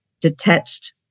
detached